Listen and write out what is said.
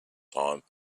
time